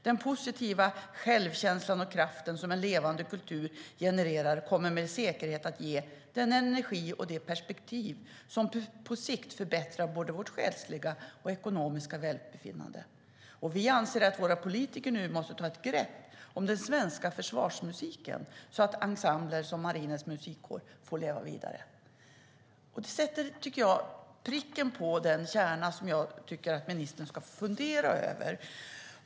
Den positiva självkänslan och kraften som en levande kultur genererar kommer med säkerhet att ge den energi och det perspektiv som på sikt förbättrar både vårt själsliga och ekonomiska välbefinnande. Vi anser att våra politiker nu måste ta ett grepp om den svenska försvarsmusiken så att ensembler som Marinens Musikkår får leva vidare." Det är kärnan i vad jag tycker att ministern ska fundera över.